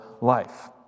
life